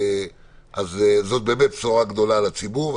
זאת בשורה גדולה לציבור.